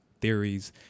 theories